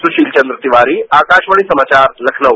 सुशील चंद्र तिवारी आकाशवाणी समाचार लखनऊ